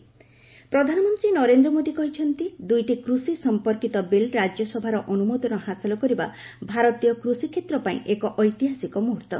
PM farm bill ପ୍ରଧାନମନ୍ତ୍ରୀ ନରେନ୍ଦ୍ର ମୋଦୀ କହିଛନ୍ତି ଦୁଇଟି କୃଷି ସମ୍ପର୍କିତ ବିଲ୍ ରାଜ୍ୟସଭାର ଅନୁମୋଦନ ହାସଲ କରିବା ଭାରତୀୟ କୃଷିକ୍ଷେତ୍ର ପାଇଁ ଏକ ଐତିହାସିକ ମୁହୁର୍ତ